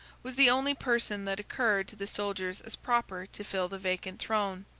was the only person that occurred to the soldiers as proper to fill the vacant throne.